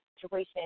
situation